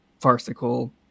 farcical